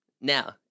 Now